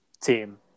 team